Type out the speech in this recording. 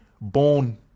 born